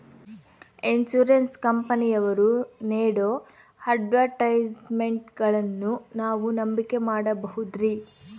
Insurance ಕಂಪನಿಯವರು ನೇಡೋ ಅಡ್ವರ್ಟೈಸ್ಮೆಂಟ್ಗಳನ್ನು ನಾವು ನಂಬಿಕೆ ಮಾಡಬಹುದ್ರಿ?